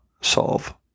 solve